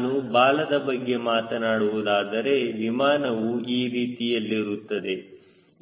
ನಾನು ಬಾಲದ ಬಗ್ಗೆ ಮಾತನಾಡುವುದಾದರೆ ವಿಮಾನವು ಈ ರೀತಿಯಲ್ಲಿರುತ್ತದೆ